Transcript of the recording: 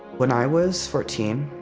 when i was fourteen,